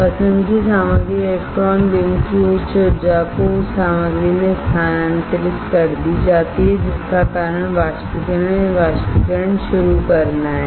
पसंद की सामग्री इलेक्ट्रॉन बीम की उच्च ऊर्जा को उस सामग्री में स्थानांतरित कर दी जाती है जिसका कारण वाष्पीकरण या वाष्पीकरण शुरू करना है